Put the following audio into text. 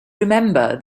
remember